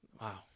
Wow